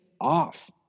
off